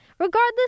Regardless